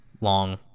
long